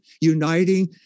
uniting